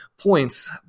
points